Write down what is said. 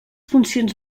funcions